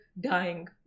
dying